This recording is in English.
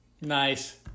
nice